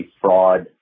fraud